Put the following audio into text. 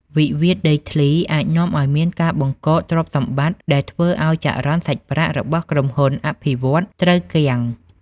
វិវាទដីធ្លីអាចនាំឱ្យមានការបង្កកទ្រព្យសម្បត្តិ ដែលធ្វើឱ្យចរន្តសាច់ប្រាក់របស់ក្រុមហ៊ុនអភិវឌ្ឍន៍ត្រូវគាំង។